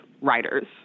writers